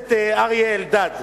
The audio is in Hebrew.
הכנסת אריה אלדד,